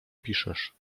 piszesz